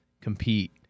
compete